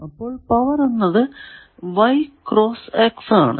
അപ്പോൾ പവർ എന്നത് y cross x ആണ്